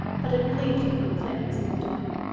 but it relieved her when clarence moved away.